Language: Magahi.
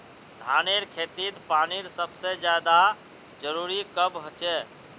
धानेर खेतीत पानीर सबसे ज्यादा जरुरी कब होचे?